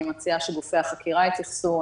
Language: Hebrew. אני מציעה שגופי החקירה יתייחסו.